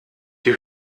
die